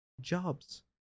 jobs